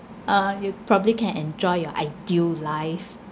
uh you probably can enjoy your ideal life